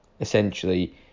Essentially